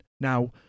Now